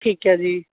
ਠੀਕ ਹੈ ਜੀ